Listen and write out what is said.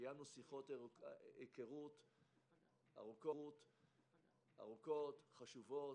קיימנו שיחות היכרות ארוכות, חשובות.